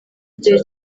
igihe